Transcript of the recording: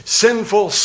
sinful